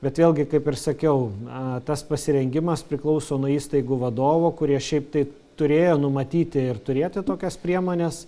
bet vėlgi kaip ir sakiau na tas pasirengimas priklauso nuo įstaigų vadovų kurie šiaip tai turėjo numatyti ir turėti tokias priemones